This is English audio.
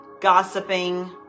gossiping